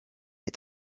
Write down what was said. est